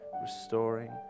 restoring